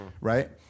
right